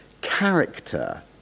character